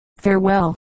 Farewell